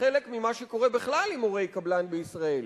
חלק ממה שקורה בכלל עם מורי קבלן בישראל.